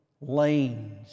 lanes